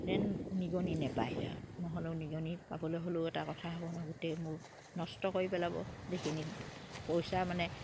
যেন নিগনি নেপায়হি নহ'লেও নিগনি পাবলৈ হ'লেও এটা কথা হ'ব ন গোটেই মোৰ নষ্ট কৰি পেলাব যিখিনি পইচা মানে